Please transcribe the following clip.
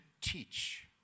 teach